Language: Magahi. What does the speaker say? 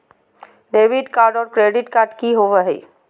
डेबिट कार्ड और क्रेडिट कार्ड की होवे हय?